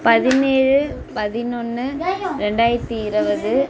பதினேழு பதினொன்று ரெண்டாயிரத்து இருவது